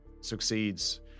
succeeds